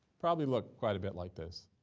probably look quite a bit like this.